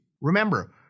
Remember